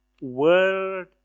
world